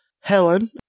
Helen